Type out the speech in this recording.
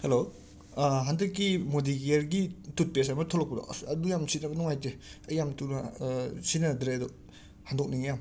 hello ꯍꯟꯗꯛꯀꯤ ꯃꯣꯗꯤ ꯀ꯭ꯌꯔꯒꯤ ꯇꯨꯠꯄꯦꯁ ꯑꯃ ꯊꯣꯛꯂꯛꯄꯗꯣ ꯑꯁ ꯑꯗꯨ ꯌꯥꯝ ꯁꯤꯖꯤꯟꯅꯕ ꯅꯨꯉꯥꯏꯇꯦ ꯑꯩ ꯌꯥꯝ ꯊꯨꯅꯥ ꯁꯤꯟꯅꯗ꯭ꯔꯦ ꯑꯗꯣ ꯍꯟꯗꯣꯛꯅꯤꯡꯉꯦ ꯌꯥꯝ